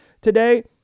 today